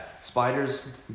Spiders